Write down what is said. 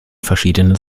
verschiedene